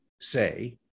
say